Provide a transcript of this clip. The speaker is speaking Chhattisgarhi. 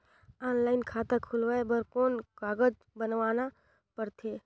ऑनलाइन खाता खुलवाय बर कौन कागज बनवाना पड़थे?